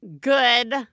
good